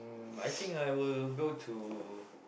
um I think I will go to